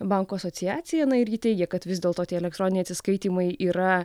bankų asociacija na ir ji teigia kad vis dėlto tie elektroniniai atsiskaitymai yra